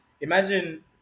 imagine